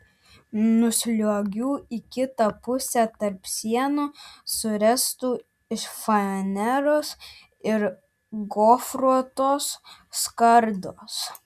nusliuogiu į kitą pusę tarp sienų suręstų iš faneros ir gofruotos skardos